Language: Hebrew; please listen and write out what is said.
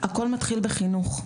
הכול מתחיל בחינוך,